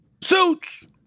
Suits